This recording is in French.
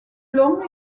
longs